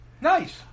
Nice